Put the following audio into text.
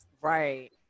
Right